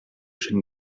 jeune